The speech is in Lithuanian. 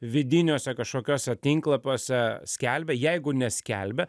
vidiniuose kažkokiuose tinklapiuose skelbia jeigu neskelbia